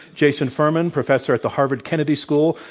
jason furman, professor at the harvard kennedy school,